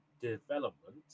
development